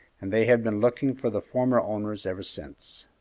and they have been looking for the former owners ever since.